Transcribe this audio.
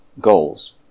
goals